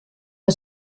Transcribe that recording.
der